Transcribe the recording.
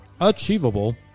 achievable